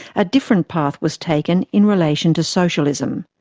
a different path was taken in relation to socialism.